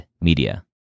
Media